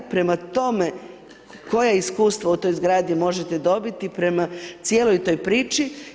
Prema tome, koje iskustvo u toj zgradi možete dobiti prema cijeloj toj priči.